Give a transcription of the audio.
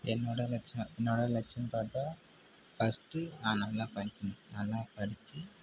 என்னோடய லட்சியம் என்னோடய லட்சியம்னு பார்த்தா ஃபர்ஸ்ட் நான் நல்லா படிக்கணும் நல்லா படித்து